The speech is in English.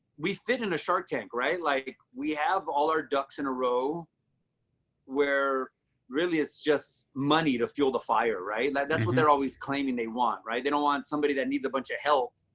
we fit in a shark tank. right? like we have all our ducks in a row where really is just money to fuel the fire, right? that's what they're always claiming they want. they don't want somebody that needs a bunch of help.